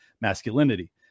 masculinity